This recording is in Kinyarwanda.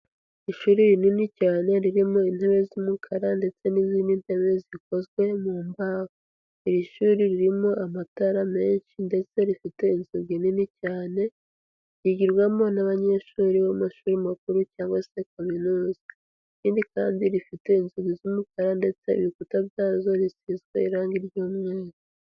Ishuri rinini cyane ririmo intebe z'umukara ndetse n'izindi ntebe zikozwe mu mbaho, iri shuri ririmo amatara menshi ndetse rifite inzugi nini cyane, ryigirwamo n'abanyeshuri bo mu mashuri makuru cyangwa se kaminuza; ikindi kandi rifite inzugi z'umukara ndetse ibikuta byazo bisizwe irangi ry'umweru.